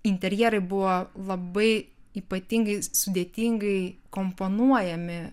interjerai buvo labai ypatingai sudėtingai komponuojami